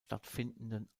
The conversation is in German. stattfindenden